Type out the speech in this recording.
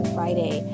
Friday